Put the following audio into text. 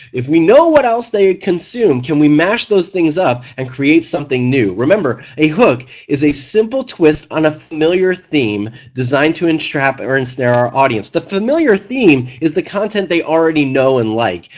if we know what else they consume can we mash those things up and create something new. remember a hook is a simple twist on a familiar theme designed to entrap or ensnare our audience. the familiar theme is the content they already know and like,